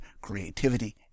creativity